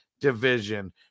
Division